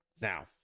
Now